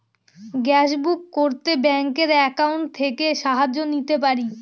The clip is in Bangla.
গ্যাসবুক করতে ব্যাংকের অ্যাকাউন্ট থেকে সাহায্য নিতে পারি?